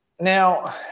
Now